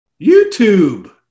YouTube